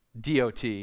DOT